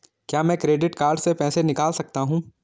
क्या मैं credit card से पैसे निकाल सकता हूँ?